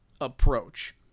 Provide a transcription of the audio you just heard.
approach